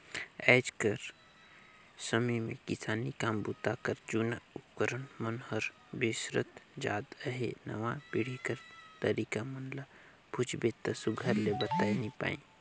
आएज कर समे मे किसानी काम बूता कर जूना उपकरन मन हर बिसरत जात अहे नावा पीढ़ी कर लरिका मन ल पूछबे ता सुग्घर ले बताए नी पाए